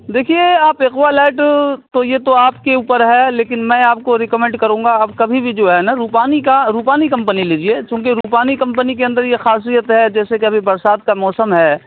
دیکھیے آپ aqua light تو یہ تو آپ کے اوپر ہے لیکن میں آپ کو ریکمینڈ کروں گا آپ کبھی بھی جو ہے نا روپانی کا روپانی کمپنی لیجیے چونکہ روپانی کمپنی کے اندر یہ خاصیت ہے جیسے کہ ابھی برسات کا موسم ہے